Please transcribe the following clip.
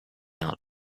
out